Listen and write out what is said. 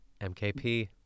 mkp